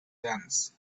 dunes